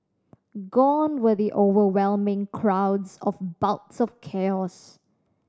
gone were the overwhelming crowds of bouts of chaos